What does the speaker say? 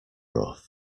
rough